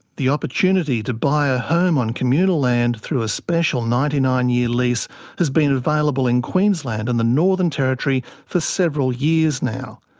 the opportunity to buy a home on communal land through a special ninety nine year lease has been available in queensland and the northern territory for several years now.